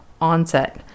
onset